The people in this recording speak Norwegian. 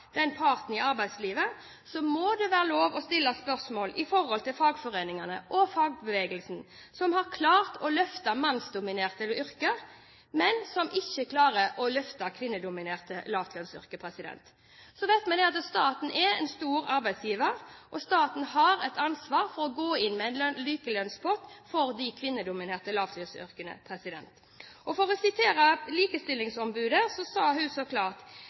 den parten i arbeidslivet, må det være lov å stille spørsmål om dette til fagforeningene og fagbevegelsen, som har klart å løfte mannsdominerte yrker, men som ikke klarer å løfte kvinnedominerte lavlønnsyrker. Så vet vi at staten er en stor arbeidsgiver. Staten har et ansvar for å gå inn med en likelønnspott for de kvinnedominerte lavlønnsyrkene. For å sitere likestillingsombudet sier hun det så klart: